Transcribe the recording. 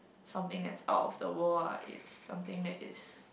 something that's out of the world ah is something that is